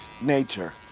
Nature